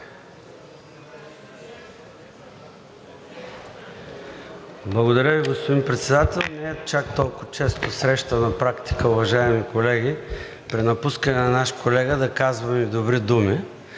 Благодаря Ви, господин Председател. Не е чак толкова често срещана практика, уважаеми колеги, при напускане на наш колега да казваме добри думи.